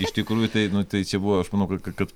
iš tikrųjų tai nu tai čia buvo aš manau kad